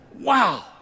Wow